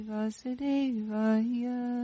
Vasudevaya